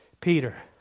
Peter